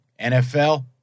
NFL